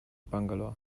bangalore